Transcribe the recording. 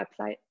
website